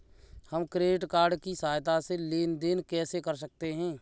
हम credit card की सहायता से लेन देन कैसे कर सकते हैं?